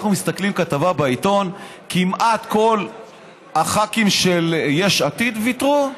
אנחנו מסתכלים על כתבה בעיתון: כמעט כל הח"כים של יש עתיד ויתרו.